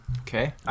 Okay